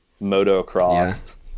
Motocross